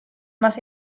más